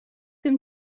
them